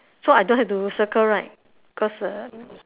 so I don't have to circle right cause the